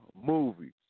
movies